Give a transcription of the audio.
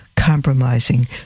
compromising